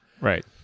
Right